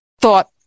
thought